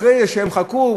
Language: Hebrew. אחרי שהן חקרו,